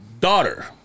daughter